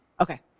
Okay